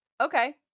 okay